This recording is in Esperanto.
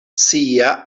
sia